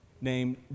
named